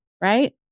Right